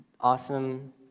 Awesome